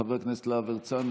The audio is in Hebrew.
חבר הכנסת להב הרצנו,